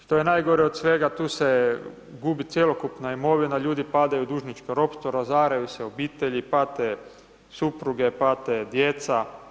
Što je najgore od svega tu se gubi cjelokupna imovina, ljudi padaju u dužničko ropstvo, razaraju se obitelji, pate supruge, pate djeca.